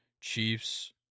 Chiefs